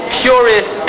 purest